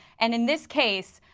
and in this case,